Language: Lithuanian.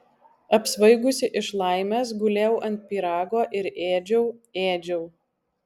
apsvaigusi iš laimės gulėjau ant pyrago ir ėdžiau ėdžiau